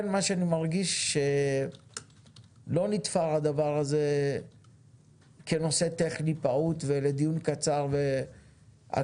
אני מרגיש שהדבר הזה לא נתפר כנושא טכני פעוט לדיון קצר והקראה,